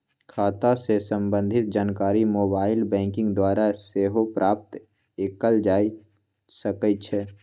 खता से संबंधित जानकारी मोबाइल बैंकिंग द्वारा सेहो प्राप्त कएल जा सकइ छै